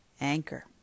anchor